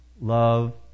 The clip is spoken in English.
love